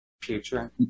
future